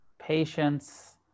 patience